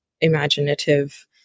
imaginative